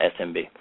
SMB